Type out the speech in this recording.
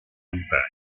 montagne